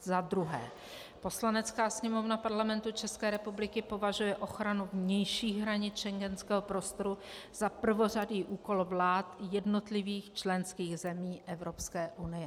Za druhé: Poslanecká sněmovna Parlamentu České republiky považuje ochranu vnějších hranic schengenského prostoru za prvořadý úkol vlád jednotlivých členských zemí Evropské unie.